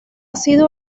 sido